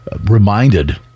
reminded